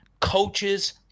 Coaches